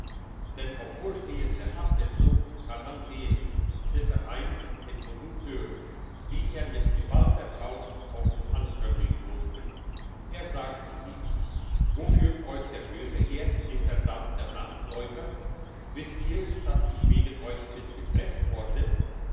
denn auf vorstehender abbildung kann man sehen ziffer den kondukteur wie er mit geballter faust auf den ankömmling losgeht er sagt zu ihm wo führt euch der böse her ihr verdammter nachtläufer wisst ihr dass ich wegen euch bin gepresst worden